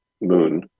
Moon